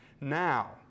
Now